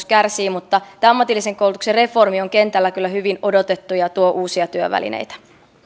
kärsii mutta tämä ammatillisen koulutuksen reformi on kentällä kyllä hyvin odotettu ja tuo uusia työvälineitä